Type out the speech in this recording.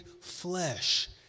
flesh